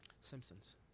Simpsons